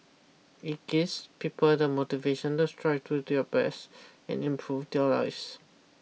it guess people the motivation to strive to do their best and improve their lives